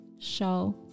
Show